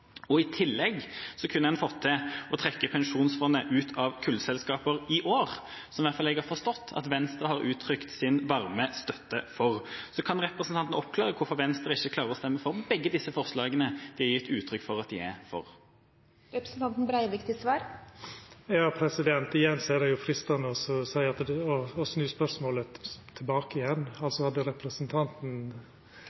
I tillegg kunne en fått til å trekke pensjonsfondet ut av kullselskaper i år, som i hvert fall jeg har forstått at Venstre har uttrykt sin varme støtte til. Kan representanten oppklare hvorfor Venstre ikke klarer å stemme for begge de forslagene de har gitt utrykk for at de er for? Igjen er det freistande å stilla spørsmålet tilbake igjen. Hadde representanten meint det same 19. desember som representanten og